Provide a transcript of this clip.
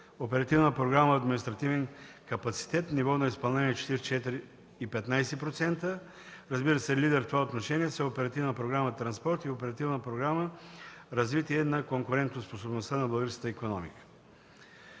Оперативна програма „Административен капацитет”, ниво на изпълнение – 44,15%. Разбира се, лидер в това отношение са Оперативна програма „Транспорт” и Оперативна програма „Развитие на конкурентоспособността на българската икономика”.